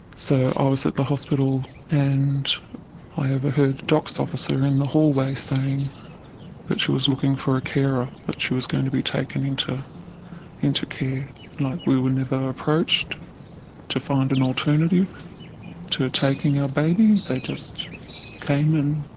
so i was at the hospital and i overheard the docs officer in the hallway saying that she was looking for a carer, that she was going to be taken into into care. like we were never approached to find an alternative to taking our baby, they just came in,